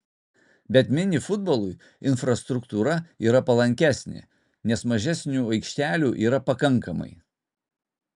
bet mini futbolui infrastruktūra yra palankesnė nes mažesniu aikštelių yra pakankamai